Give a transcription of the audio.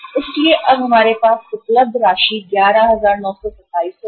इसलिए अब हमारे पास उपलब्ध राशि 11927 होगी